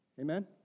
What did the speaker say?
Amen